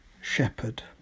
shepherd